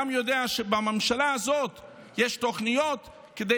אבל אני גם יודע שבממשלה הזאת יש תוכניות כדי